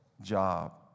job